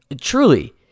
truly